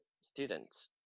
students